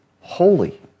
holy